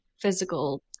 physical